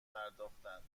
پرداختند